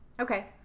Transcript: Okay